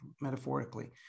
metaphorically